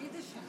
מי זה שלו?